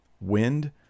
wind